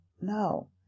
No